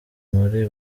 muri